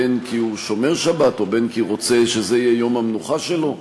בין כי הוא שומר שבת או בין כי הוא רוצה שזה יהיה יום המנוחה שלו,